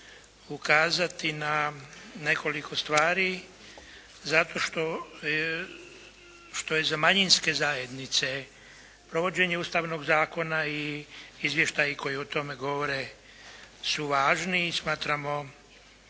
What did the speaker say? ukazati na nekoliko stvari zato što je za manjinske zajednice provođenje Ustavnog zakona i izvještaji koji o tome govore su važni i smatramo